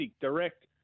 direct